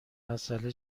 مسئله